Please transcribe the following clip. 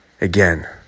again